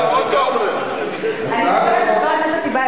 חבר הכנסת טיבייב,